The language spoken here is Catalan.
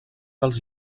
pels